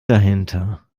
dahinter